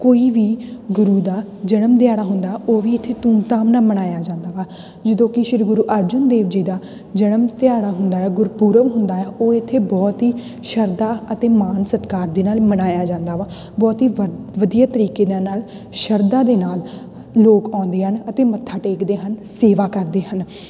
ਕੋਈ ਵੀ ਗੁਰੂ ਦਾ ਜਨਮ ਦਿਹਾੜਾ ਹੁੰਦਾ ਉਹ ਵੀ ਇੱਥੇ ਧੂਮਧਾਮ ਨਾਲ ਮਨਾਇਆ ਜਾਂਦਾ ਵਾ ਜਦੋਂ ਕ ਸ਼੍ਰੀ ਗੁਰੂ ਅਰਜਨ ਦੇਵ ਜੀ ਦਾ ਜਨਮ ਦਿਹਾੜਾ ਹੁੰਦਾ ਗੁਰਪੂਰਬ ਹੁੰਦਾ ਉਹ ਇੱਥੇ ਬਹੁਤ ਹੀ ਸ਼ਰਧਾ ਅਤੇ ਮਾਨ ਸਤਿਕਾਰ ਦੇ ਨਾਲ ਮਨਾਇਆ ਜਾਂਦਾ ਵਾ ਬਹੁਤ ਹੀ ਵਧ ਵਧੀਆ ਤਰੀਕੇ ਦੇ ਨਾਲ ਸ਼ਰਧਾ ਦੇ ਨਾਲ ਲੋਕ ਆਉਂਦੇ ਹਨ ਅਤੇ ਮੱਥਾ ਟੇਕਦੇ ਹਨ ਸੇਵਾ ਕਰਦੇ ਹਨ